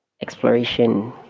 exploration